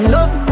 Love